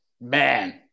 man